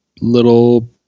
little